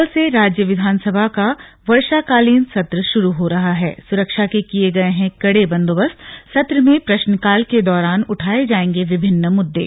कल से राज्य विधानसभा का वर्षाकालीन सत्र शुरू हो रहा हैसुरक्षा के किये गए हैं कड़े बंदोबस्तसत्र में प्रश्नकाल के दौरान उठाये जाएंगे विभिन्न मुद्दे